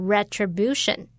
Retribution